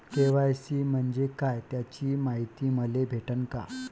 KYC म्हंजे काय त्याची मायती मले भेटन का?